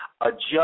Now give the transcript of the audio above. adjust